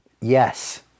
yes